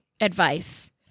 advice